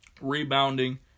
rebounding